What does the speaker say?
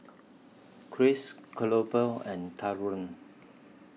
Krish Cleobal and Taurean